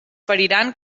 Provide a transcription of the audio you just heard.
feriran